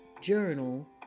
journal